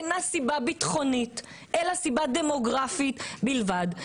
אינה סיבה ביטחונית אלא סיבה דמוגרפית בלבד.